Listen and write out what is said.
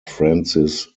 francis